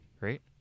Right